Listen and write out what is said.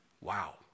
Wow